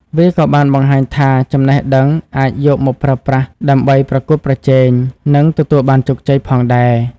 វាក៏បានបង្ហាញថាចំណេះដឹងអាចយកមកប្រើប្រាស់ដើម្បីប្រកួតប្រជែង និងទទួលបានជោគជ័យផងដែរ។